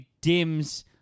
dims